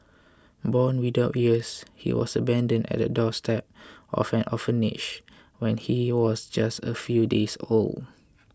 born without ears he was abandoned at the doorstep of an orphanage when he was just a few days old